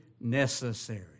necessary